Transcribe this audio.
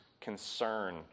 concern